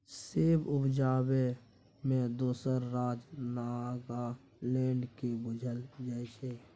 सेब उपजाबै मे दोसर राज्य नागालैंड केँ बुझल जाइ छै